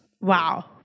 wow